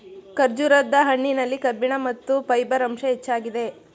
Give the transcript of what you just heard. ಖರ್ಜೂರದ ಹಣ್ಣಿನಲ್ಲಿ ಕಬ್ಬಿಣ ಮತ್ತು ಫೈಬರ್ ಅಂಶ ಹೆಚ್ಚಾಗಿದೆ